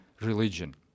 religion